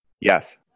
Yes